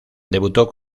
debutó